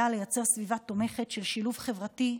היה לייצר סביבה תומכת של שילוב חברתי,